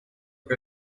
que